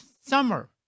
summer